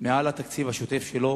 מעל התקציב השוטף שלו,